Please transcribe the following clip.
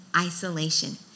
isolation